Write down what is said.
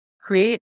create